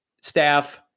staff